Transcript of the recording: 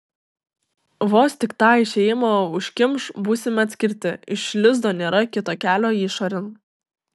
vos tik tą išėjimą užkimš būsime atkirsti iš lizdo nėra kito kelio išorėn